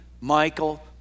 Michael